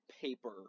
paper